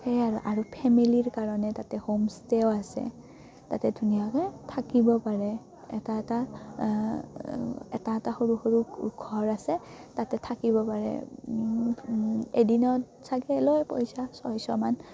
সেয়াই আৰু আৰু ফেমিলীৰ কাৰণে তাতে হোমষ্টে'ও আছে তাতে ধুনীয়াকৈ থাকিব পাৰে এটা এটা এটা এটা সৰু সৰু ঘৰ আছে তাতে থাকিব পাৰে এদিনত চাগে লয় পইচা ছয়শমান